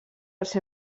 els